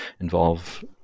involve